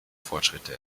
fortschritte